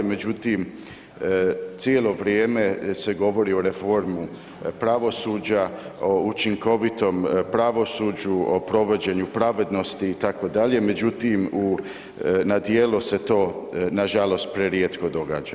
Međutim, cijelo vrijeme se govori o reformi pravosuđa, o učinkovitom pravosuđu, o provođenju pravednosti, međutim u, na djelo se to nažalost prerijetko događa.